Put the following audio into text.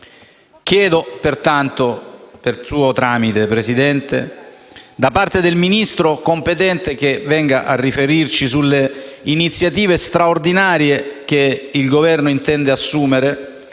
Chiedo pertanto per suo tramite, signor Presidente, che il Ministro competente venga a riferire sulle iniziative straordinarie che il Governo intende assumere.